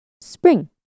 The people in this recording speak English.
spring